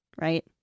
right